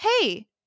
Hey